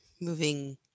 moving